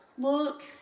Look